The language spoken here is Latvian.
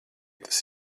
tas